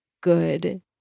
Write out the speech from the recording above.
good